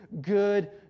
good